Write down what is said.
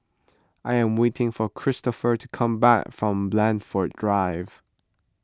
I am waiting for Kristofer to come back from Blandford Drive